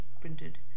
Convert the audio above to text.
printed